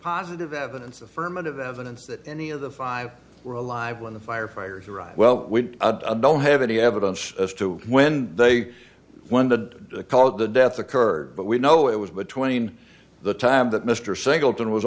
positive evidence affirmative evidence that any of the five were alive when the firefighters arrived well we don't have any evidence as to when they wanted to call the death occurred but we know it was between the time that mr singleton was